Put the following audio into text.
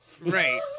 Right